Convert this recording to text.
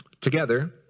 together